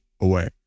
away